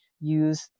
use